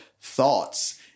thoughts